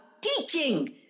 teaching